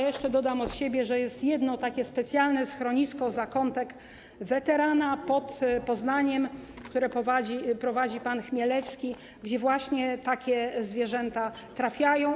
Jeszcze dodam od siebie, że jest jedno specjalne schronisko Zakątek Weteranów, pod Poznaniem, które prowadzi pan Chmielewski, gdzie właśnie takie zwierzęta trafiają.